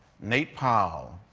nate paul,